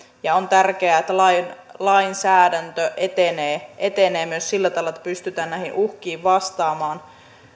on tärkeää että lainsäädäntö etenee etenee myös sillä tavalla että pystytään näihin uhkiin vastaamaan